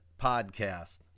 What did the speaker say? podcast